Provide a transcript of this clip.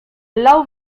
lau